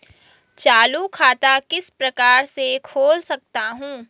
चालू खाता किस प्रकार से खोल सकता हूँ?